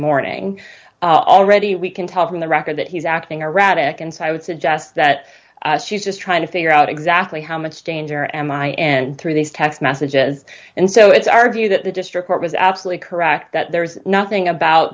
morning already we can tell from the record that he's acting erratic and so i would suggest that she's just trying to figure out exactly how much danger am i am and through these text messages and so it's our view that the district court was absolutely correct that there's nothing about